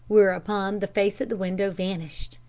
whereupon the face at the window vanished,